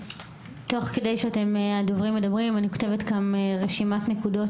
תוך כדי שהדוברים מדברים אני כותבת כאן רשימת נקודות